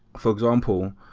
for example,